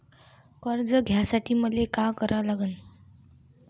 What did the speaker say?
कर्ज घ्यासाठी मले का करा लागन?